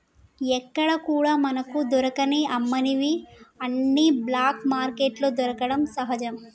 ఎక్కడా కూడా మనకు దొరకని అమ్మనివి అన్ని బ్లాక్ మార్కెట్లో దొరకడం సహజం